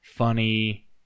funny